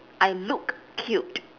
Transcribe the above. I look cute